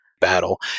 battle